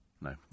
No